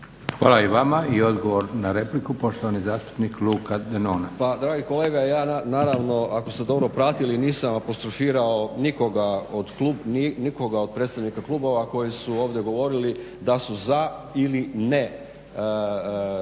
Hvala lijepa. I odgovor na repliku poštovani zastupnik Luka Denona.